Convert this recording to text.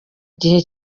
gihe